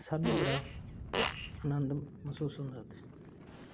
ਸਾਨੂੰ ਬੜਾ ਆਨੰਦ ਮਹਿਸੂਸ ਹੁੰਦਾ ਉੱਥੇ